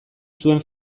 zuen